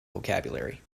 vocabulary